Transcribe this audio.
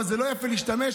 אבל לא יפה להשתמש,